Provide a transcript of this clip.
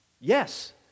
Yes